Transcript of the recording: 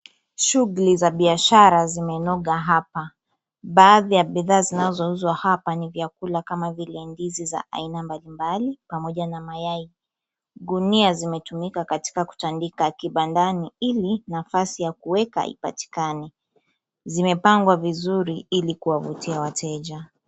Shughuli za biashara zimenoga hapa. Baadhi ya bidhaa zinazouzwa hapa ni vyakula kama vile ndizi za aina mbalimbali pamoja na mayai. Gunia zimetumika katika kutandika kibandani, ili nafasi ya kuweka ipatikane. Zimepangwa vizuri ili kuwavutia wateja.